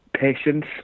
patience